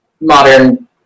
modern